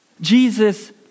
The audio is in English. Jesus